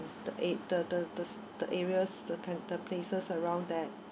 the a~ the the the the areas the coun~ the places around that